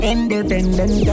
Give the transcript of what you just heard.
Independent